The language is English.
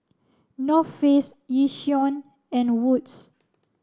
North Face Yishion and Wood's